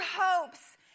hopes